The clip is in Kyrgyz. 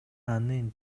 анын